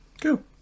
Cool